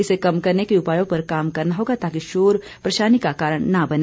इसे कम करने के उपायों पर काम करना होगा ताकि शोर परेशानी का कारण न बने